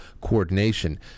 coordination